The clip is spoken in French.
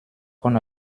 qu’on